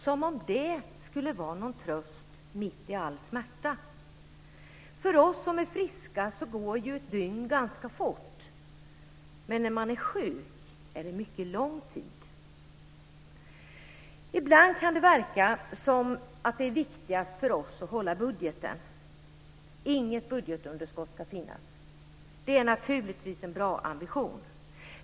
Som om det skulle vara någon tröst mitt i all smärta! För oss som är friska går ett dygn ganska fort. Men när man är sjuk är det en mycket lång tid. Ibland kan det verka som om det viktigaste för oss är att hålla budgeten. Inget budgetunderskott ska finnas. Det är naturligtvis en bra ambition.